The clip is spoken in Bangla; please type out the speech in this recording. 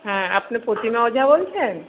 হ্যাঁ আপনি প্রতিমা ওঝা বলছেন